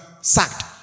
sacked